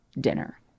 dinner